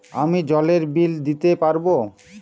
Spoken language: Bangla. আমি জলের বিল দিতে পারবো?